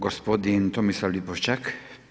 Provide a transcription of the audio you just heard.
Gospodin Tomislav Lipošćak.